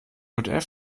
mit